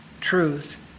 truth